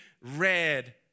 red